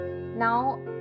Now